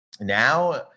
now